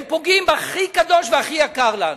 הם פוגעים בהכי קדוש והכי יקר לנו.